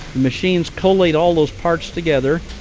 machines collate all those parts together,